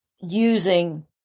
using